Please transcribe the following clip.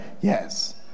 Yes